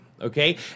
okay